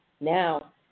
Now